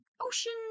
ocean